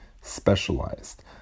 specialized